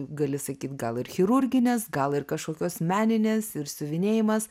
gali sakyt gal ir chirurginės gal ir kažkokios meninės ir siuvinėjimas